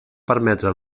permetre